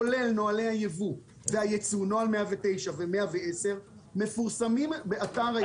כולל נוהלי הייבוא והייצוא נוהל 109 ונוהל 110 מפורסמים באתר.